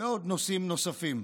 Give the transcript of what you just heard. ועוד נושאים נוספים.